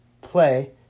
play